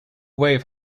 wave